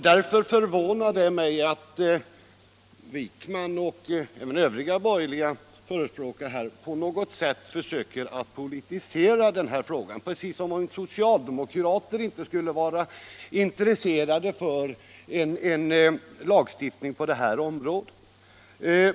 Därför förvånar det mig att herr Wijkman och även Övriga borgerliga ledamöter på något sätt försöker politisera den här frågan, precis som om socialdemokrater inte skulle vara intresserade av en lagstiftning på området.